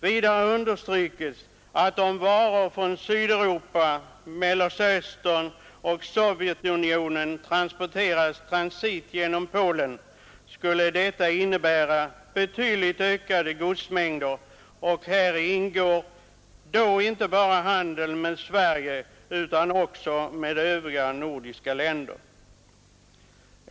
Vidare understrykes att om varor från Sydeuropa, Mellersta Östern och Sovjetunionen transporterades transit genom Polen skulle detta innebära betydligt ökade godsmängder, och häri skulle då ingå handeln inte bara med Sverige utan också med övriga nordiska länder.